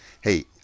Hey